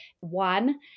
One